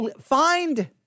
Find